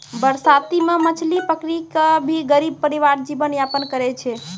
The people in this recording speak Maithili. बरसाती मॅ मछली पकड़ी कॅ भी गरीब परिवार जीवन यापन करै छै